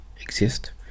exist